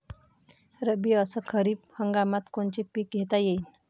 रब्बी अस खरीप हंगामात कोनचे पिकं घेता येईन?